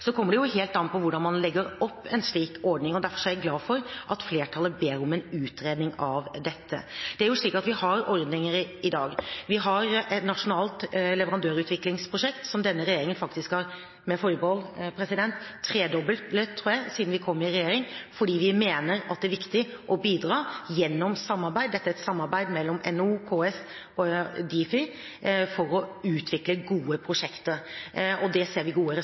Så kommer det jo helt an på hvordan man legger opp en slik ordning, og derfor er jeg glad for at flertallet ber om en utredning av dette. Det er slik at vi har ordninger i dag. Vi har et nasjonalt leverandørutviklingsprosjekt, som denne regjeringen faktisk har – med forbehold – tredoblet, tror jeg, siden vi kom i regjering, fordi vi mener at det er viktig å bidra gjennom samarbeid. Dette er et samarbeid mellom NHO, KS og Difi for å utvikle gode prosjekter, og det ser vi gode